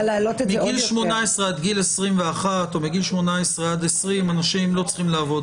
מגיל 18 עד גיל 21 או מגיל 18 עד 20 אנשים לא צריכים לעבוד.